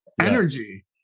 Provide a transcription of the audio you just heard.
energy